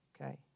okay